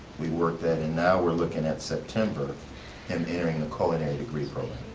we worked that in, now we're looking at september him entering the culinary degree program.